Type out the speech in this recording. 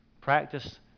Practice